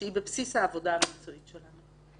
שהיא בבסיס העבודה המקצועית שלנו.